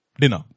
dinner